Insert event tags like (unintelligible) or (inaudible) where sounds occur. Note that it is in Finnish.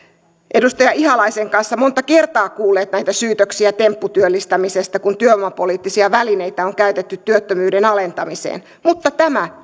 edustaja ihalaisen kanssa monta kertaa kuulleet näitä syytöksiä tempputyöllistämisestä kun työvoimapoliittisia välineitä on käytetty työttömyyden alentamiseen tämä (unintelligible)